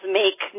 make